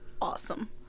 Awesome